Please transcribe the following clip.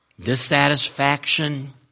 dissatisfaction